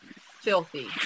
filthy